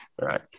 right